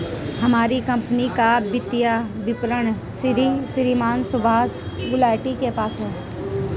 हमारी कम्पनी का वित्तीय विवरण श्रीमान सुभाष गुलाटी के पास है